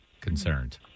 Concerned